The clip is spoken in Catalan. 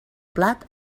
plat